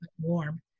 warm